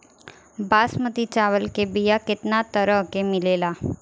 बासमती चावल के बीया केतना तरह के मिलेला?